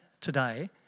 today